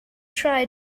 try